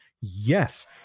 Yes